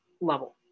level